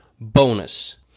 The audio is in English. bonus